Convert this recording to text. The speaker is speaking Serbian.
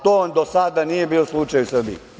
To do sada nije bio slučaj u Srbiji.